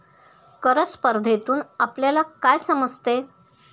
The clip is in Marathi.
कर स्पर्धेतून आपल्याला काय समजते?